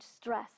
stress